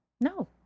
No